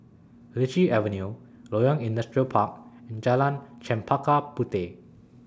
Lichi Avenue Loyang Industrial Park and Jalan Chempaka Puteh